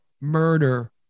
murder